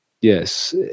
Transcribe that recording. yes